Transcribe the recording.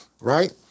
right